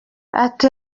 ati